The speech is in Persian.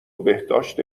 بهداشت